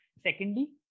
Secondly